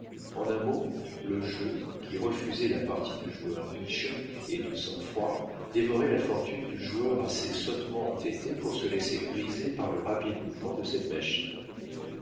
en un mot le jeu qui refusait la partie du joueur riche et de sang-froid dévorait la fortune du joueur assez sottement entêté pour se laisser griser par le rapide mouvement de cette machine